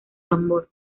tambor